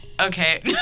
Okay